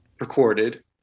recorded